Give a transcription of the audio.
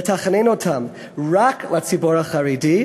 ומתכננים אותן רק לציבור החרדי.